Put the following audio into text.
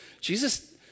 Jesus